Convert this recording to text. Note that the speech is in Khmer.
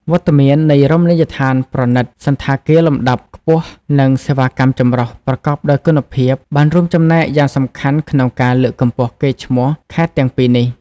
វត្តមាននៃ រមណីយដ្ឋានប្រណីត សណ្ឋាគារលំដាប់ខ្ពស់ និង សេវាកម្មចម្រុះ ប្រកបដោយគុណភាព បានរួមចំណែកយ៉ាងសំខាន់ក្នុងការ លើកកម្ពស់កេរ្តិ៍ឈ្មោះ ខេត្តទាំងពីរនេះ។